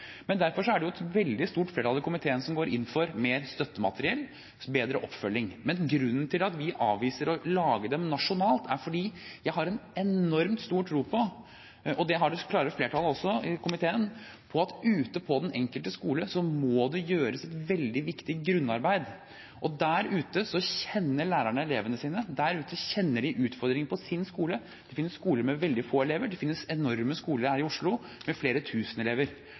Derfor er det et veldig stort flertall i komiteen som går inn for mer støttemateriell, bedre oppfølging. Men grunnen til at vi avviser å gjøre dette nasjonalt, er at jeg har en enormt stor tro på, og det har det klare flertallet i komiteen også, at ute på den enkelte skole må det gjøres veldig viktig grunnarbeid. Der ute kjenner lærerne elevene sine, der ute kjenner de utfordringene på sin skole – det finnes skoler med veldig få elever, det finnes enorme skoler her i Oslo med flere tusen elever.